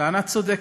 טענה צודקת.